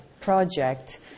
project